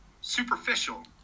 superficial